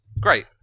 Great